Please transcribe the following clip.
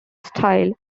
style